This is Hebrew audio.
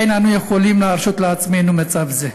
אין אנו יכולים להרשות לעצמנו מצב זה.